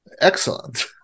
Excellent